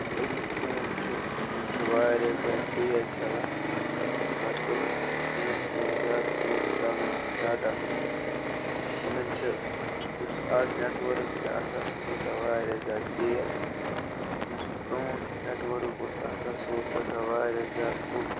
یِم أزِکۍ فون چھِ تِم چھِ واریاہ زیادٕ تیز چَلان مگر تِم تِمَن چھِ پٮ۪وان زیادٕ پۅنٛسہٕ ترٛاوٕنۍ ڈاٹا خٲطٕر تِمَن چھِ یُس اَز نٮ۪ٹ ؤرٕک چھِ آسان سُہ چھِ آسان واریاہ زیادٕ تیز یُس پرٛون نٮ۪ٹ ؤرٕک اوس آسان سُہ اوس آسان واریاہ زیادٕ لوٚت